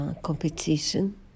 competition